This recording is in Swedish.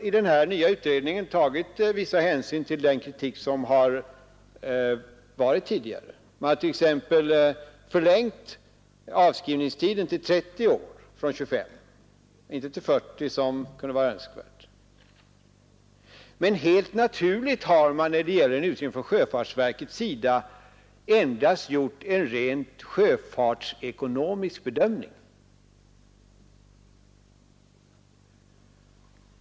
I den nya utredningen har tagits vissa hänsyn till den kritik som tidigare har framförts. Man har t.ex. förlängt avskrivningstiden från 25 till 30 år — inte till 40 år, som kunde varit önskvärt. Men helt naturligt har sjöfartsverket endast gjort en rent sjöfartsekonomisk bedömning.